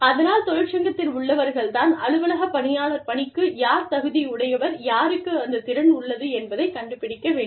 அதனால் தொழிற்சங்கத்தில் உள்ளவர்கள் தான் அலுவலக பணியாளர் பணிக்கு யார் தகுதியுடையவர் யாருக்கு அந்த திறன் உள்ளது என்பதைக் கண்டுபிடிக்க வேண்டும்